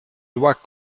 lois